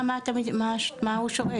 אני לא מבינה מה הוא שואל.